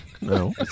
No